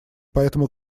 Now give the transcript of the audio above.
поэтому